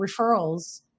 referrals